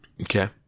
okay